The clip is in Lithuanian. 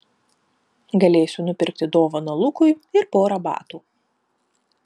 galėsiu nupirkti dovaną lukui ir porą batų